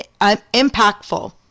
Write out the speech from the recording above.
impactful